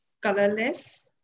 colorless